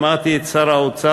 שמעתי את שר האוצר